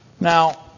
Now